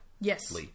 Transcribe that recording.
Yes